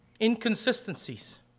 inconsistencies